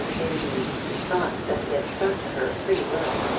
indeed, he thought that he had stuck to her pretty well.